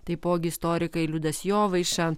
taipogi istorikai liudas jovaiša